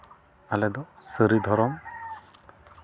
ᱟᱞᱮ ᱫᱚ ᱥᱟᱹᱨᱤ ᱫᱷᱚᱨᱚᱢ